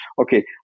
Okay